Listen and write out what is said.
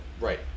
Right